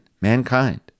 mankind